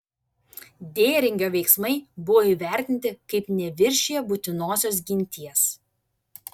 dėringio veiksmai buvo įvertinti kaip neviršiję būtinosios ginties